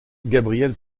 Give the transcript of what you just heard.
gabriel